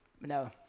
No